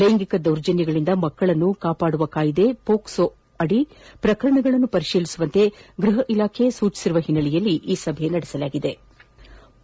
ಲೈಂಗಿಕ ದೌರ್ಜನ್ಯಗಳಿಂದ ಮಕ್ಕ ಳನ್ನು ರಕ್ಷಿಸುವ ಕಾಯ್ದೆ ಪೋಕ್ಪೋ ಅದಿ ಪ್ರಕರಣಗಳನ್ನು ಪರಿಶೀಲಿಸುವಂತೆ ಗೃಹ ಇಲಾಖೆ ಸೂಚನೆ ನೀಡಿದ ಹಿನ್ನೆಲೆಯಲ್ಲಿ ಈ ಸಭೆ ನಡೆಸಲಾಯಿತು